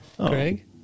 Greg